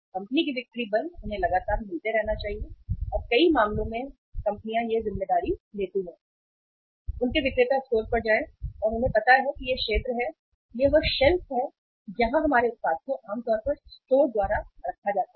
company की बिक्री बल उन्हें लगातार मिलते रहना चाहिए और कई मामलों में कंपनियां यह जिम्मेदारी लेती हैं कि उनके विक्रेता स्टोर पर जाएं और उन्हें पता है कि यह क्षेत्र है यह वह शेल्फ है जहां हमारे उत्पाद को आमतौर पर स्टोर द्वारा रखा जाता है